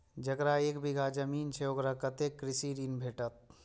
जकरा एक बिघा जमीन छै औकरा कतेक कृषि ऋण भेटत?